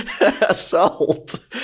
assault